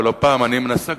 ולא פעם אני מנסה,